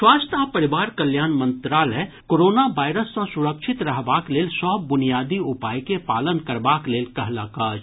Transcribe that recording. स्वास्थ्य आ परिवार कल्याण मंत्रालय कोरोना वायरस सँ सुरक्षित रहबाक लेल सभ बुनियादी उपाय के पालन करबाक लेल कहलक अछि